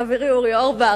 חברי אורי אורבך,